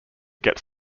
gets